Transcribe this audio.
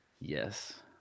Yes